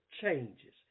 changes